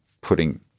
putting